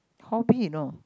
hobby you know